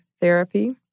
therapy